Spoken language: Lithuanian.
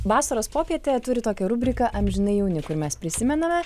vasaros popietė turiu tokią rubriką amžinai jauni kur mes prisimename